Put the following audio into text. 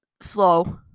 slow